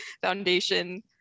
Foundation